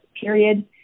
period